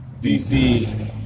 DC